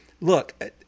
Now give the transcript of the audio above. look